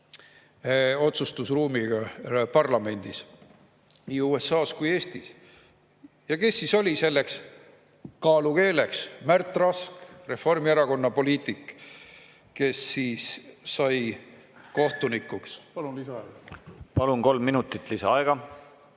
otsustusruumiga parlamendis, nii USA-s kui ka Eestis. Ja kes siis oli selleks kaalukeeleks? Märt Rask, Reformierakonna poliitik, kes siis sai kohtunikuks. Palun lisaaega.